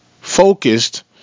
focused